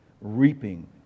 reaping